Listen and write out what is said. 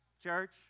church